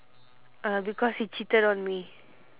uh because he cheated on me